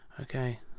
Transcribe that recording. Okay